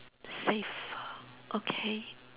safe okay